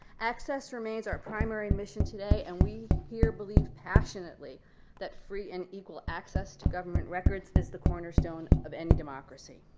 access remains our primary mission today. and we here believe passionately that free and equal access to government records is the cornerstone of any democracy.